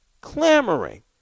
clamoring